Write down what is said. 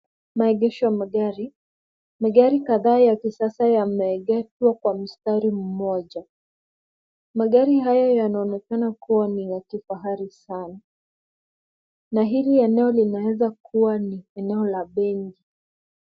Maegesho ya magari. Magari kadhaa ya kisasa yameegeshwa kwa mstari moja. Magari hayo yanaonekana kuwa ni ya kifahari sana na hili eneo linaweza kuwa ni eneo la benki.